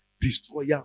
Destroyer